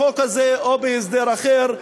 בחוק הזה או בהסדר אחר.